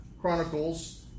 Chronicles